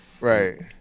Right